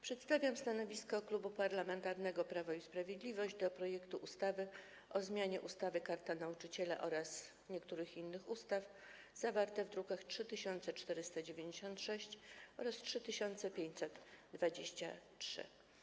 Przedstawiam stanowisko Klubu Parlamentarnego Prawo i Sprawiedliwość co do projektu ustawy o zmianie ustawy Karta Nauczyciela oraz niektórych innych ustaw, druki nr 3496 i 3523.